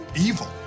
evil